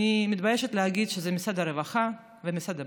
אני מתביישת להגיד שזה משרד הרווחה ומשרד הבריאות,